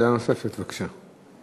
שאלה נוספת, בבקשה.